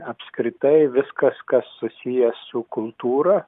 apskritai viskas kas susiję su kultūra